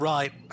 Right